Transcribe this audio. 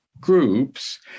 groups